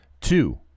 Two